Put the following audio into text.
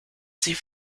sie